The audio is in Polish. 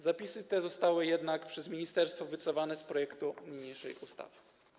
Zapisy te zostały jednak przez ministerstwo wycofane z projektu niniejszej ustawy.